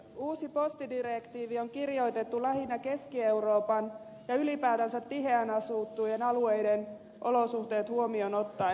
uusi postidirektiivi on kirjoitettu lähinnä keski euroopan ja ylipäätänsä tiheään asuttujen alueiden olosuhteet huomioon ottaen